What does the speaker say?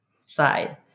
side